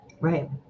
right